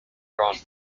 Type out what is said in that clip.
gone